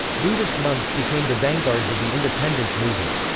buddhist monks became the vanguards of the independence movement.